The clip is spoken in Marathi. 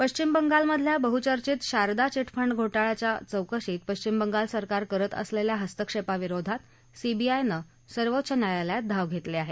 पश्चिम बंगालमधल्या बहुचर्चित शारदा चिटफंड घोटाळ्याच्या चौकशीत पश्चिम बंगाल सरकार करत असलेल्या हस्तक्षेपाविरोधात सीबीआयनं सर्वोच्च न्यायालयात धाव घेतली आहे